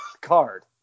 card